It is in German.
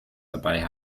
dabei